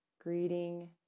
greeting